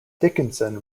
dickinson